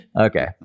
Okay